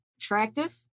attractive